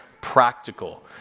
practical